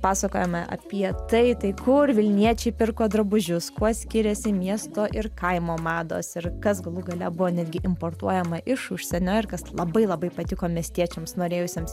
pasakojome apie tai tai kur vilniečiai pirko drabužius kuo skiriasi miesto ir kaimo mados ir kas galų gale buvo netgi importuojama iš užsienio ir kas labai labai patiko miestiečiams norėjusiems